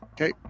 Okay